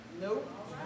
Nope